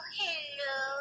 hello